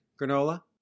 granola